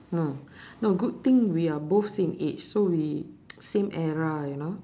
uh no good thing we are both same age so we same era you know